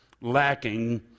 lacking